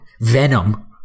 Venom